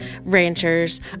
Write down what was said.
ranchers